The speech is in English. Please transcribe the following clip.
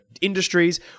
industries